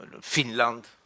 Finland